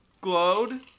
glowed